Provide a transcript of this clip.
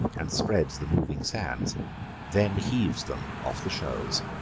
and spreads the moving sands then heaves them off the shoals.